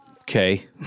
Okay